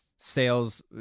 Sales